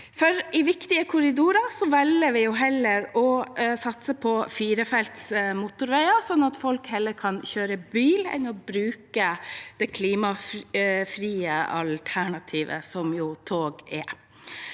I viktige korridorer velger vi heller å satse på firefelts motorveier, sånn at folk heller kan kjøre bil enn å bruke det klimafrie alternativet, som tog er.